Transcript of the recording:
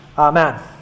Amen